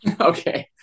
okay